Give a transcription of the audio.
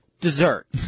dessert